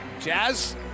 Jazz